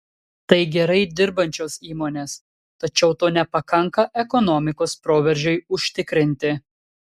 tai gerai dirbančios įmonės tačiau to nepakanka ekonomikos proveržiui užtikrinti